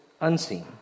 unseen